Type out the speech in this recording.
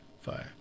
Fire